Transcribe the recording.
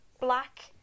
black